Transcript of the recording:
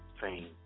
fame